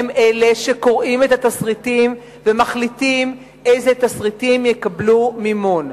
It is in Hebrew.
שהם אלה שקוראים את התסריטים ומחליטים איזה תסריטים יקבלו מימון.